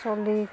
চলি